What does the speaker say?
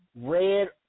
Red